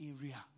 area